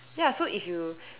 ya so if you